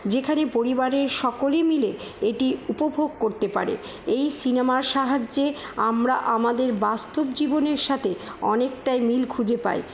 যেখানে পরিবারের সকলে মিলে এটি উপভোগ করতে পারে এই সিনেমার সাহায্যে আমরা আমাদের বাস্তব জীবনের সাথে অনেকটাই মিল খুঁজে পাই